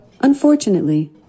Unfortunately